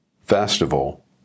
festival